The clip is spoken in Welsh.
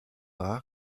dda